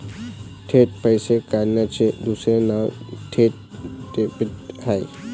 थेट पैसे काढण्याचे दुसरे नाव थेट डेबिट आहे